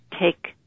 take